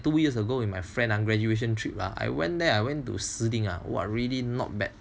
two years ago with my friend on graduation trip ah I went there I went to shiling ah what really not bad